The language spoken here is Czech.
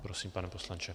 Prosím, pane poslanče.